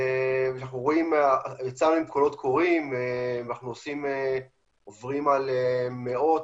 יצאנו עם קולות קוראים ואנחנו עוברים על מאות,